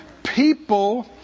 People